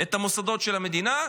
את המוסדות של המדינה,